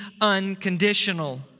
unconditional